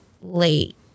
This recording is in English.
late